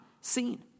seen